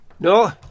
No